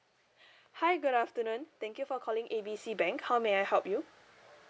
hi good afternoon thank you for calling A B C bank how may I help you